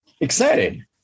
Excited